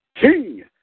King